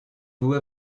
vous